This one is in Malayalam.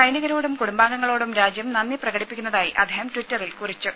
സൈനികരോടും കുടുംബങ്ങളോടും രാജ്യം നന്ദി പ്രകടിപ്പിക്കുന്നതായി അദ്ദേഹം ട്വിറ്ററിൽ കുറിച്ചു